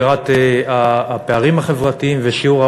הגירעון וגם לא של מסגרת גירעון ואלה